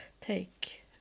take